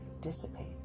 dissipate